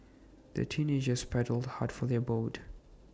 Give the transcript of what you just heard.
the teenagers paddled hard for their boat